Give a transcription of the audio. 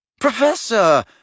Professor